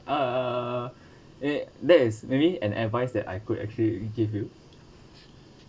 uh eh that is maybe an advice that I could actually give you